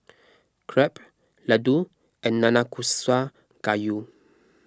Crepe Ladoo and Nanakusa Gayu